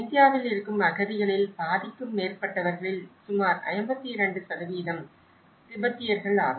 இந்தியாவில் இருக்கும் அகதிகளில் பாதிக்கும் மேற்பட்டவர்களில் சுமார் 52 திபெத்தியர்கள் ஆவர்